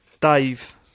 Dave